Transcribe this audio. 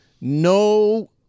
No